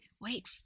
wait